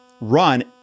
run